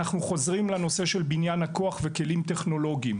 אנחנו חוזרים לנושא של בניין הכוח וכלים טכנולוגיים.